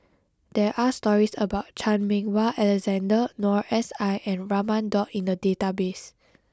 there are stories about Chan Meng Wah Alexander Noor S I and Raman Daud in the database